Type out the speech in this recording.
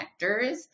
connectors